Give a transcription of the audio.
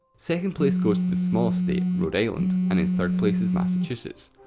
second place goes to smallest state, rhode island, and in third place is massachusetts.